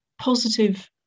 positive